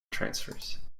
transfers